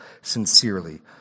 sincerely